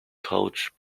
coached